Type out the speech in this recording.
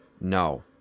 No